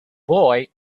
boy